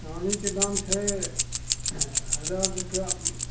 चानीके दाम छै हजार रुपैआ